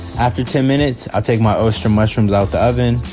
after ten minutes, i'll take my oyster mushrooms out the oven,